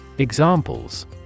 Examples